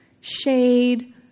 Shade